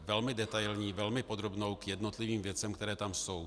Velmi detailní, velmi podrobnou k jednotlivým věcem, které tam jsou.